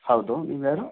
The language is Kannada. ಹೌದು ನೀವು ಯಾರು